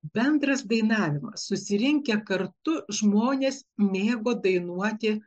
bendras dainavimas susirinkę kartu žmonės mėgo dainuoti